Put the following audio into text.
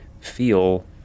feel